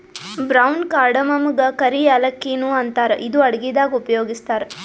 brown ಕಾರ್ಡಮಮಗಾ ಕರಿ ಯಾಲಕ್ಕಿ ನು ಅಂತಾರ್ ಇದು ಅಡಗಿದಾಗ್ ಉಪಯೋಗಸ್ತಾರ್